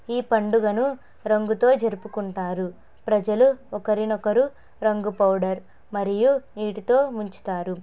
ఈ పండుగను రంగుతో జరుపుకుంటారు ప్రజలు ఒకరినొకరు రంగు పౌడర్ మరియు నీటితో ముంచుతారు